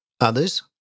Others